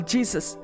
Jesus